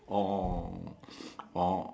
oh oh oh oh